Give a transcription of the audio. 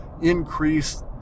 increase